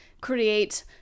create